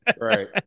right